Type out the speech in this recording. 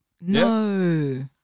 No